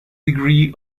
degree